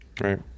Right